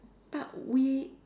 but we